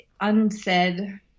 unsaid